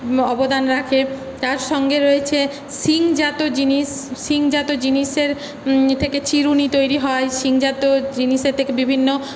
অবদান রাখে তার সঙ্গে রয়েছে শিংজাত জিনিস শিংজাত জিনিসের থেকে চিরুনি তৈরি হয় শিংজাত জিনিসের থেকে বিভিন্ন